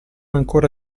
ancora